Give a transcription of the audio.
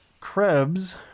Krebs